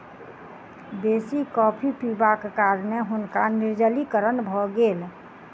बेसी कॉफ़ी पिबाक कारणें हुनका निर्जलीकरण भ गेल